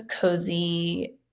cozy